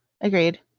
Agreed